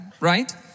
right